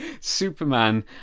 Superman